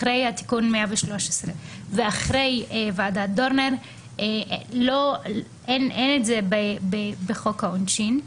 אחרי תיקון 113 ואחרי ועדת דורנר אין את זה בחוק העונשין.